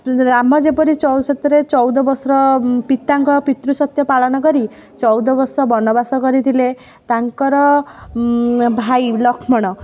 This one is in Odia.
ରାମ ଯେପରି ଚଉ ସେଥିରେ ଚଉଦ ବର୍ଷ ପିତାଙ୍କ ପିତୃ ସତ୍ୟ ପାଳନ କରି ଚଉଦ ବର୍ଷ ବନବାସ କରିଥିଲେ ତାଙ୍କର ଭାଇ ଲକ୍ଷ୍ମଣ